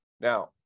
Now